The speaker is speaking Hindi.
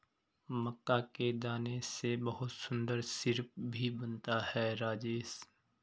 मक्का के दाने से बहुत सुंदर सिरप भी बनता है राजेश